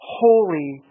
holy